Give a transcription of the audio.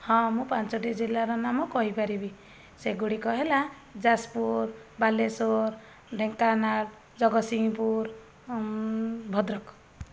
ହଁ ମୁଁ ପାଞ୍ଚୋଟି ଜିଲ୍ଲାର ନାମ କହିପାରିବି ସେଗୁଡ଼ିକ ହେଲା ଯାଜପୁର ବାଲେଶ୍ଵର ଢେଙ୍କାନାଳ ଜଗତସିଂହପୁର ଭଦ୍ରକ